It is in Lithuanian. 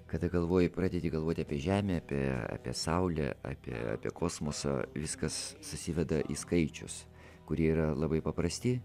kada galvoji pradėti galvoti apie žemę apie apie saulę apie apie kosmosą viskas susiveda į skaičius kurie yra labai paprasti